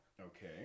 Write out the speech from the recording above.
Okay